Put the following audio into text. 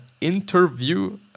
interview